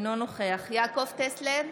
אינו נוכח יעקב טסלר,